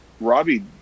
Robbie